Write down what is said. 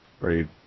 right